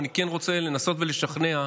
ואני רוצה לנסות ולשכנע,